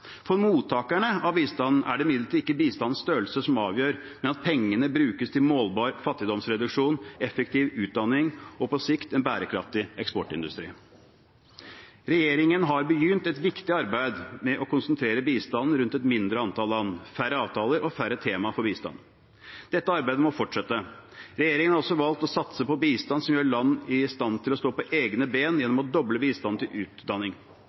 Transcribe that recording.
For mottakerne av bistanden er det imidlertid ikke bistandens størrelse som avgjør, men at pengene brukes til målbar fattigdomsreduksjon, effektiv utdanning og på sikt en bærekraftig eksportindustri. Regjeringen har begynt et viktig arbeid med å konsentrere bistanden rundt et mindre antall land, færre avtaler og færre temaer for bistanden. Dette arbeidet må fortsette. Regjeringen har også valgt å satse på bistand som gjør land i stand til å stå på egne ben gjennom å doble bistanden til utdanning,